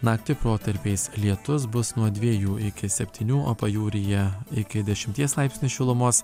naktį protarpiais lietus bus nuo dviejų iki septynių o pajūryje iki dešimties laipsnių šilumos